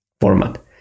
format